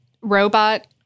robot